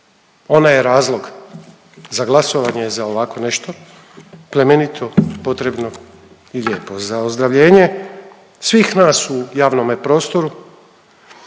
ona je razlog za glasovanje za ovakvo nešto plemenito, potrebno i lijepo za ozdravljenje svih nas u javnome prostoru